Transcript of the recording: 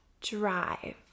drive